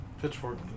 Pitchfork